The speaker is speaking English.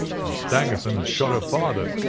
and stangerson had shot her father,